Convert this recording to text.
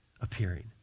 appearing